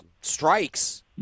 strikes